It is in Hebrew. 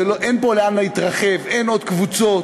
אין פה לאן להתרחב, אין עוד קבוצות.